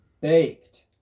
baked